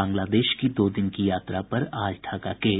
बांग्लादेश की दो दिन की यात्रा पर आज ढाका के